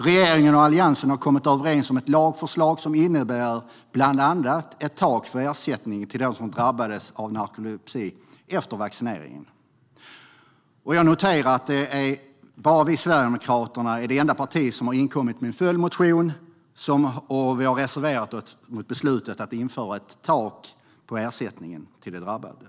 Regeringen och Alliansen har kommit överens om ett lagförslag som bland annat innebär ett tak för ersättningen till dem som drabbades av narkolepsi efter vaccineringen. Jag noterar att Sverigedemokraterna är det enda parti som har inkommit med en följdmotion. Och vi har reserverat oss mot beslutet att införa ett tak för ersättningen till de drabbade.